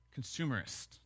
consumerist